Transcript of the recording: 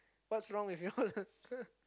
what's wrong with you all